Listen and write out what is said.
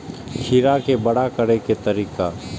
खीरा के बड़ा करे के तरीका?